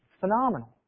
Phenomenal